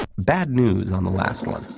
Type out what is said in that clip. bad news on the last one.